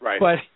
Right